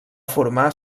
formar